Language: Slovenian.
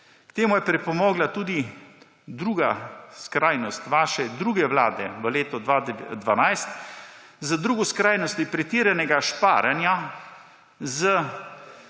K temu je pripomogla tudi druga skrajnost vaše druge vlade v letu 2012. Za drugo skrajnost pretiranega šparanja